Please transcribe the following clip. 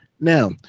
Now